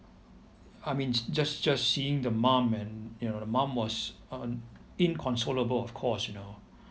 I mean just just seeing the mum and you know the mum was un~ inconsolable of course you know